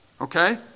Okay